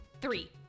Three